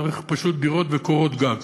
צריך פשוט דירות וקורות גג.